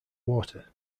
water